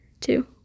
two